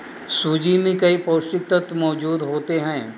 सूजी में कई पौष्टिक तत्त्व मौजूद होते हैं